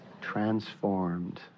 transformed